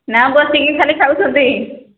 ନା ବସିକି ଖାଲି ଖାଉଛନ୍ତି